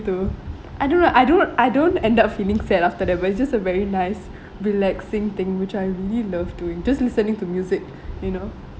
to I don't know I don't I don't end up feeling sad after that where it's just a very nice relaxing thing which I really love doing just listening to music you know